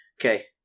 Okay